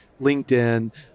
LinkedIn